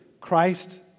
Christ